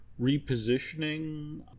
repositioning